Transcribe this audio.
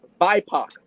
BIPOC